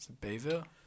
Bayville